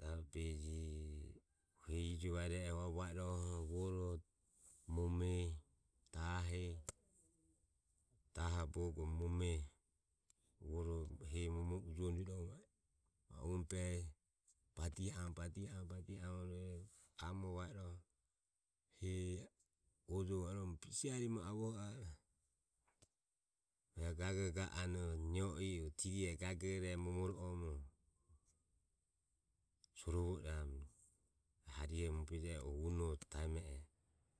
rabe ji hu va iroho vorore hehi dahe, daho bogo mome, hehi momoho ujohoromo rue iroho ma u emu ehi badihi amoromo badihi amoromo va iroho hehi ojoho arua e ma bise harihu mae avoho a e e gagoho ga Anue nio i o tiri e gagore e momoro oromo sorovo iramu hariho mabeje i ugo unoho taemo a e.